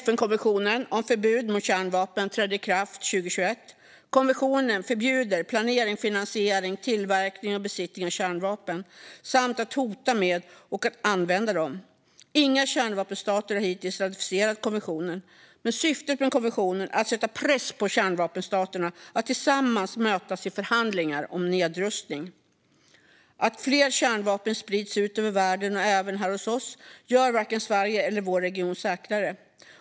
FN-konventionen om förbud mot kärnvapen trädde i kraft 2021. Konventionen förbjuder planering, finansiering, tillverkning och besittning av kärnvapen samt att hota med dem och att använda dem. Inga kärnvapenstater har hittills ratificerat konventionen. Men syftet med konventionen är att sätta press på kärnvapenstaterna att tillsammans mötas i förhandlingar om nedrustning. Att fler kärnvapen sprids ut över världen, och även här hos oss, gör varken Sverige eller vår region säkrare.